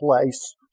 place